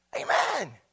Amen